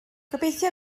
gobeithio